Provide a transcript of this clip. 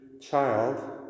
child